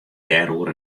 dêroer